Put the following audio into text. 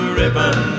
ribbon